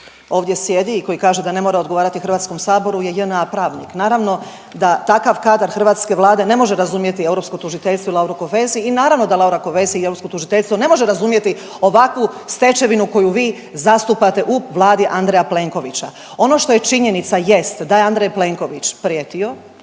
ovdje sjedi i koji kaže da ne mora odgovarati HS-u je JNA pravnik, naravno da takav kadar hrvatske Vlade ne može razumjeti Europsko tužiteljstvo i Lauru Kövesi i naravno da Laura Kövesi i Europsko tužiteljstvo ne može razumjeti ovakvu stečevinu koju vi zastupate u vladi Andreja Plenkovića. Ono što je činjenica jest da je Andrej Plenković prijetio